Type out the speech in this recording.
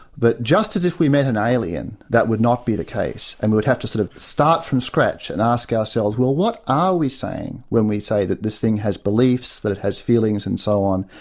but just as if we met an alien, that would not be the case and we'd have to sort of start from scratch and ask ourselves, well what are we saying when say that this thing has beliefs, that it has feelings and so on,